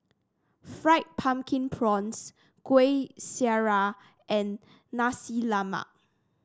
Fried Pumpkin Prawns Kuih Syara and Nasi Lemak